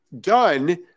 done